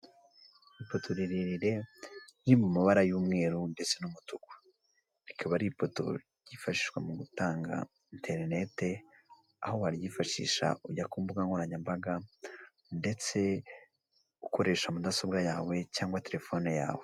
Ipoto rirerire iri mu mabara y'umweru ndetse n'umutuku, rikaba ari ipoto ryifashishwa mu gutanga interneti, aho waryifashisha ujya ku mbuga nkoranyambaga ndetse ukoresha mudasobwa yawe cyangwa telefone yawe.